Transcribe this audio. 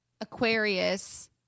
Aquarius